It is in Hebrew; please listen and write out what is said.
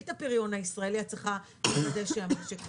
את הפריון הישראלי את צריכה לוודא שהמשק עובד.